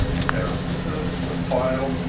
a pair of scissors, a file,